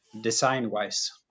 design-wise